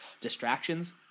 distractions